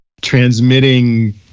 transmitting